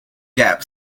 gap